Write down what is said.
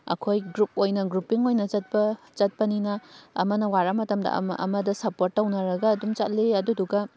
ꯑꯩꯈꯣꯏ ꯒ꯭ꯔꯨꯞ ꯑꯣꯏꯅ ꯒ꯭ꯔꯨꯄꯤꯡ ꯑꯣꯏꯅ ꯆꯠꯄ ꯆꯠꯄꯅꯤꯅ ꯑꯃꯅ ꯋꯥꯔꯛꯞ ꯃꯇꯝꯗ ꯑꯃꯅ ꯁꯞꯄꯣꯔꯠ ꯇꯧꯅꯔꯒ ꯑꯗꯨꯝ ꯆꯠꯂꯤ ꯑꯗꯨꯗꯨꯒ